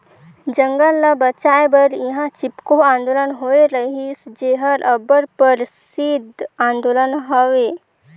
जंगल ल बंचाए बर इहां चिपको आंदोलन होए रहिस जेहर अब्बड़ परसिद्ध आंदोलन हवे